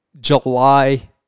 July